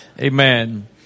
Amen